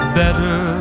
better